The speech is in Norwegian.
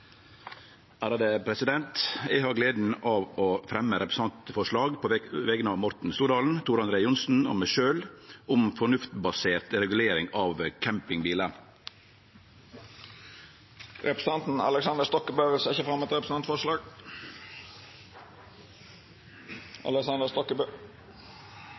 Eg har gleda av å fremje eit representantforslag på vegner av representantane Morten Stordalen, Tor André Johnsen og meg sjølv om fornuftsbasert regulering av campingbiler. Representanten Aleksander Stokkebø vil setja fram eit